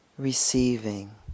receiving